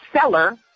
seller